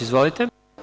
Izvolite.